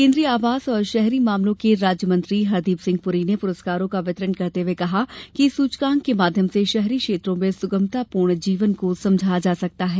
केन्द्रीय आवास और शहरी मामलों के राज्य मंत्री हरदीप सिह पुरी ने पुरस्कारों का वितरण करते हुए कहा कि इस सूचकांक के माध्यम से शहरी क्षेत्रों में सुगमतापूर्ण जीवन को समझा जा सकता है